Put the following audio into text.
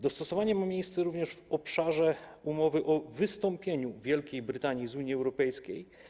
Dostosowanie ma miejsce również w obszarze umowy o wystąpieniu Wielkiej Brytanii z Unii Europejskiej.